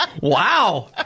Wow